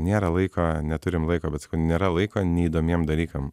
nėra laiko neturim laiko bet sakau nėra laiko neįdomiem dalykam